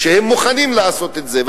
שהם מוכנים לעשות את זה,